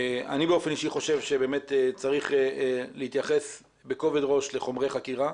אני באופן אישי חושב שבאמת צריך להתייחס בכובד ראש לחומרי חקירה,